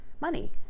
money